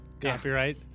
copyright